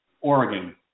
Oregon